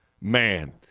man